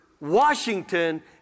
Washington